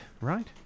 right